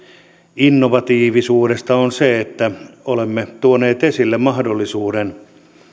innovatiivisuudesta on se että olemme tuoneet esille mahdollisuuden